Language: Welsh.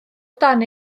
dan